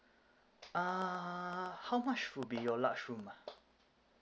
ah how much would be your large room ah